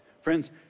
Friends